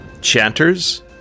chanters